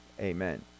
Amen